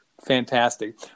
Fantastic